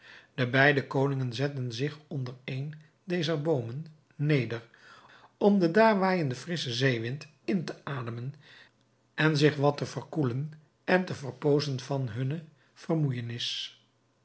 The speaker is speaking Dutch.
de beide koningen zetten zich onder een dezer boomen neder om den daar waaijenden frisschen zeewind in te ademen en zich wat te verkoelen en te verpozen van hunne vermoeijenis